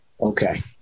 Okay